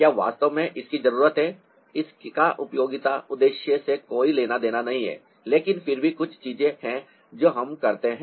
क्या वास्तव में इसकी जरूरत है इसका उपयोगिता उद्देश्य से कोई लेना देना नहीं है लेकिन फिर भी कुछ चीजें हैं जो हम करते हैं